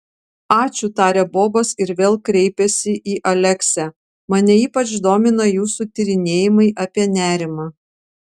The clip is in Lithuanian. ačiū tarė bobas ir vėl kreipėsi į aleksę mane ypač domina jūsų tyrinėjimai apie nerimą